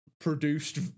produced